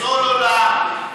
סלולרי,